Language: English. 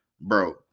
bro